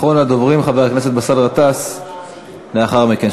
אחרון הדוברים, חבר הכנסת באסל גטאס, לאחר מכן.